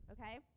Okay